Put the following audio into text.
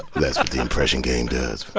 that's what the impression game does